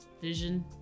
vision